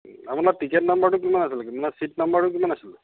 আপোনাৰ টিকেট নাম্বাৰটো কিমান আছিলে আপোনাৰ চিট নাম্বাৰটো কিমান আছিলে